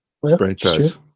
Franchise